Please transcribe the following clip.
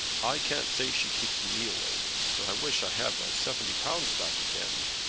i can't say she keeps me awake, but i wish i had my seventy pounds back again.